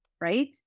right